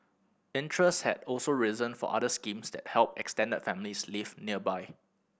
interest has also risen for other schemes that help extended families live nearby